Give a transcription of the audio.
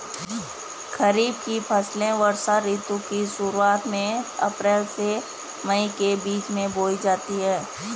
खरीफ की फसलें वर्षा ऋतु की शुरुआत में, अप्रैल से मई के बीच बोई जाती हैं